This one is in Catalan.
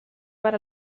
per